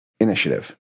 initiative